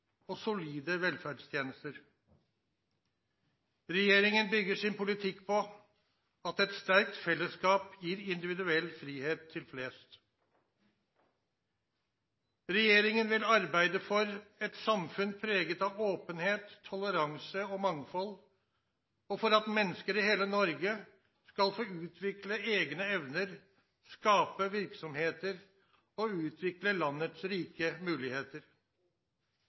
og solide velferdstjenester. Regjeringen bygger sin politikk på at et sterkt fellesskap gir individuell frihet til flest. Regjeringen vil arbeide for et samfunn preget av åpenhet, toleranse og mangfold, og for at mennesker i hele Norge skal få utvikle egne evner, skape virksomheter og utvikle landets rike muligheter.